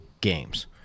games